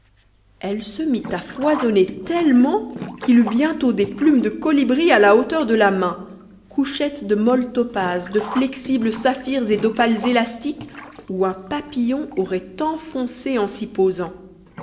elle se mit à foisonner tellement qu'il eut bientôt des plumes de colibri à la hauteur de la main c'était an front de la couche de molles topazes de flexibles saphirs et d'opales élastiques où un papillon aurait enfoncé en